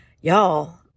Y'all